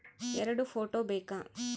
ಎರಡು ಫೋಟೋ ಬೇಕಾ?